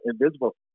invisible